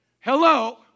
Hello